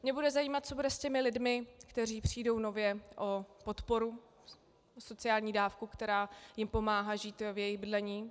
Mě bude zajímat, co bude s lidmi, kteří přijdou nově o podporu, o sociální dávku, která jim pomáhá žít v jejich bydlení.